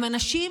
הם אנשים